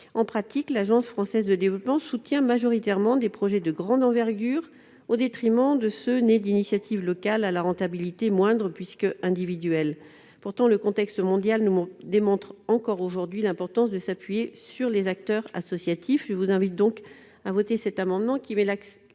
en pratique, l'Agence française de développement soutient majoritairement des projets de grande envergure au détriment de ceux qui sont nés d'initiatives locales à la rentabilité moindre, puisqu'ils sont individuels. Pourtant, le contexte mondial nous démontre encore aujourd'hui l'importance de s'appuyer sur les acteurs associatifs. Je vous invite donc à voter cet amendement qui met l'accent